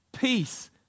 Peace